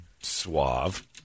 suave